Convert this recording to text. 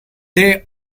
they